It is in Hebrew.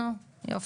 נו, יופי,